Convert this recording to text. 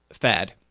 fad